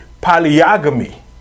polygamy